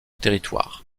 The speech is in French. territoire